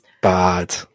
bad